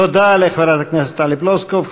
תודה לחברת הכנסת טלי פלוסקוב.